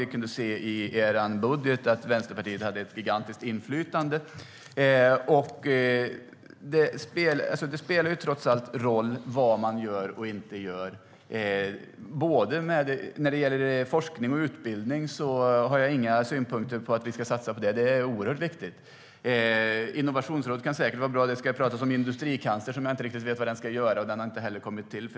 Vi kunde se i er budget att Vänsterpartiet hade ett gigantiskt inflytande, och det spelar trots allt roll vad man gör och inte gör. När det gäller forskning och utbildning har jag inga synpunkter på att vi ska satsa på det. Det är oerhört viktigt. Innovationsråd kan säkert vara bra, och det pratas om industrikansler. Jag vet inte riktigt vad en industrikansler ska göra och det har heller inte kommit någon.